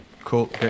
Cool